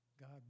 God